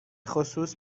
خصوص